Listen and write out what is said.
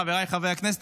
חבריי חברי הכנסת,